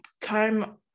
time